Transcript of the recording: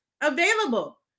available